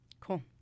Cool